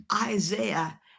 Isaiah